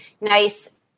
nice